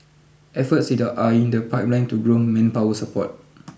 efforts are in the pipeline to grow manpower support